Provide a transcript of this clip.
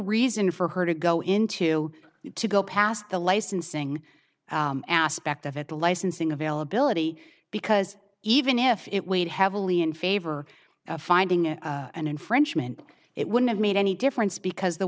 reason for her to go into it to go past the licensing aspect of it the licensing availability because even if it weighed heavily in favor of finding an infringement it wouldn't have made any difference because the